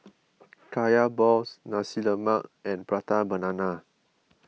Kaya Balls Nasi Lemak and Prata Banana